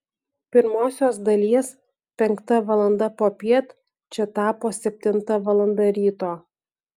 pirmosios dalies penkta valanda popiet čia tapo septinta valanda ryto